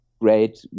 great